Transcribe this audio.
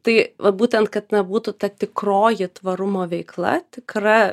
tai va būtent kad na būtų ta tikroji tvarumo veikla tikra